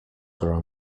grow